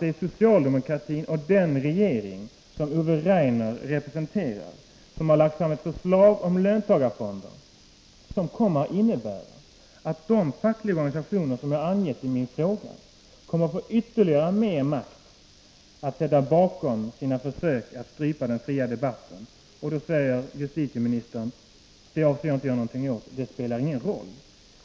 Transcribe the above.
det socialdemokratin och den regering som Ove Rainer representerar som har lagt fram ett förslag om löntagarfonder, som kommer att innebära att de fackliga organisationer som jag har angivit i min fråga kommer att få ytterligare makt att sätta bakom sina försök att strypa den fria debatten. Men justitieministern säger: Jag avser inte att göra något åt detta — det spelar ingen roll.